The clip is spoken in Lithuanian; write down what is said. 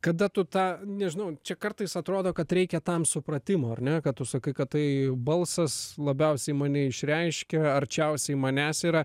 kada tu tą nežinau čia kartais atrodo kad reikia tam supratimo ar ne kad tu sakai kad tai balsas labiausiai mane išreiškia arčiausiai manęs yra